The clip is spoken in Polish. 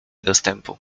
dostępu